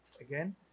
again